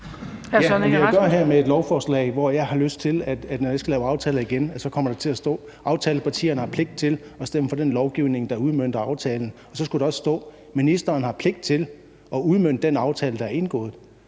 at gøre med her, har jeg lyst til, at der, når jeg skal lave aftaler igen, så kommer til at stå: Aftalepartierne har pligt til at stemme for den lovgivning, der udmønter aftalen. Og så skulle der også stå: Ministeren har pligt til at udmønte den aftale, der er indgået.